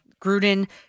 Gruden